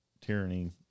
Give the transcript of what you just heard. tyranny